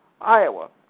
Iowa